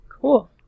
Cool